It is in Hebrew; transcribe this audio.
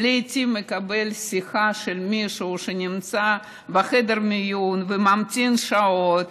מקבל לעיתים שיחה ממישהו שנמצא בחדר מיון וממתין שעות,